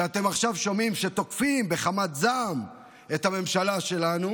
שאתם עכשיו שומעים שהם תוקפים בחמת זעם את הממשלה שלנו,